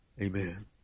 Amen